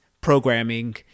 programming